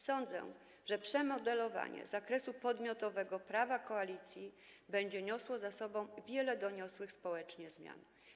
Sądzę, że przemodelowanie zakresu podmiotowego prawa koalicji będzie niosło za sobą wiele doniosłych społecznie zmian.